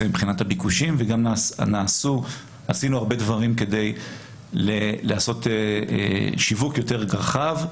מבחינת הביקושים וגם עשינו הרבה דברים כדי לעשות שיווק יותר רחב,